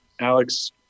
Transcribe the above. Alex